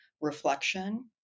reflection